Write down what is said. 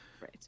Right